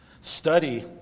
study